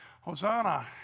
Hosanna